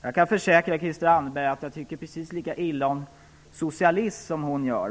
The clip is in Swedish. Jag kan försäkra Christel Anderberg att jag tycker precis lika illa om socialism som hon gör.